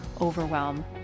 overwhelm